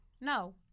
no